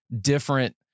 different